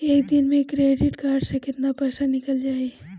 एक दिन मे क्रेडिट कार्ड से कितना पैसा निकल जाई?